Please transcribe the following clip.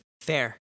Fair